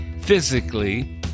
physically